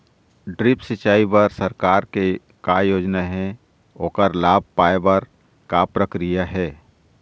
Drip सिचाई बर सरकार के का योजना हे ओकर लाभ पाय बर का प्रक्रिया हे?